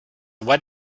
what